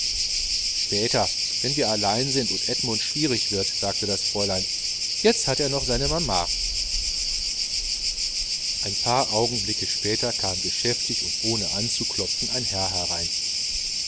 später wenn wir allein sind und edmund schwierig wird sagte das fräulein jetzt hat er noch seine mama ein paar augenblicke später kam geschäftig und ohne anzuklopfen ein herr herein